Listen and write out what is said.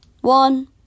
one